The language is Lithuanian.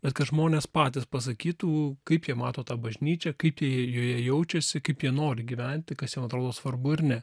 bet kad žmonės patys pasakytų kaip jie mato tą bažnyčią kaip jie joje jaučiasi kaip jie nori gyventi kas jiem atrodo svarbu ir ne